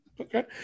Okay